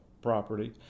property